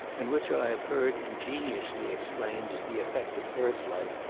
and which i have heard ingeniously explained as the effect of earth light,